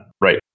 Right